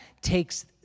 takes